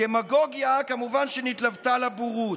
הדמגוגיה כמובן נלוותה לבורות.